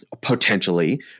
potentially